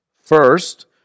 First